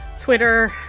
Twitter